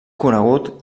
conegut